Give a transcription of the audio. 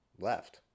left